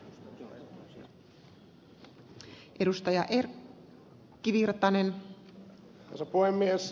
arvoisa puhemies